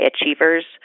achievers